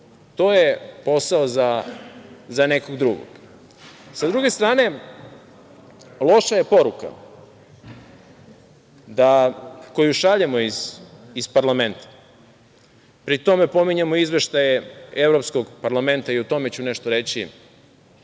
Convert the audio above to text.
To je posao za nekog drugog.S druge strane, loša je poruka koju šaljemo iz parlamenta, pri tome pominjemo izveštaje Evropskog parlamenta i o tome ću nešto reći.